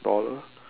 dollar